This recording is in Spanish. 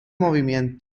movimiento